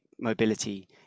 mobility